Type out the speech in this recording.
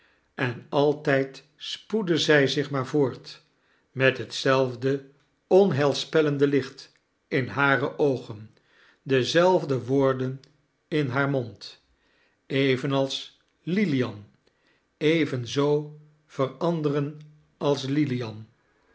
en altijd spoedde zij zich maar voort met hetzelfde onheilspellende licht in liare oogen dezelfde woorden in haar mond evenals lilian evenzoo veranderen als lilian